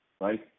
right